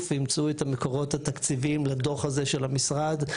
וימצאו את המקורות התקציביים לדוח הזה של המשרד,